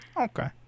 Okay